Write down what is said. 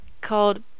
called